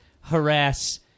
harass